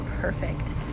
perfect